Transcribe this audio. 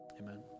Amen